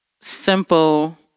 simple